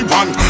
one